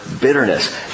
bitterness